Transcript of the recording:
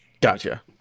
Gotcha